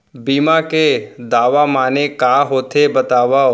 बीमा के दावा माने का होथे बतावव?